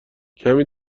کمی